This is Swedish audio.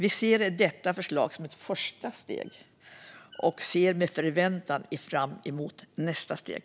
Vi ser detta förslag som ett första steg och ser med förväntan fram emot nästa steg.